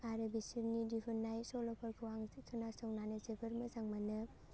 आरो बिसोरनि दिहुननाय सल'फोरखौ आं खोनासंनानै जोबोद मोजां मोनो